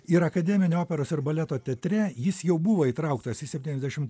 ir akademinio operos ir baleto teatre jis jau buvo įtrauktas į septyniasdešim